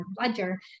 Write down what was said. ledger